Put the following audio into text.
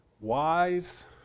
wise